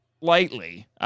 lightly